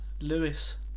Lewis